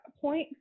point